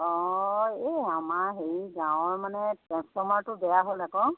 অঁ এই আমাৰ হেৰি গাঁৱৰ মানে ট্ৰেঞ্চফৰ্মাৰটো বেয়া হ'ল আকৌ